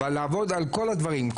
אבל לעבוד על כל הדברים.